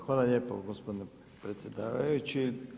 Hvala lijepo gospodine predsjedavajući.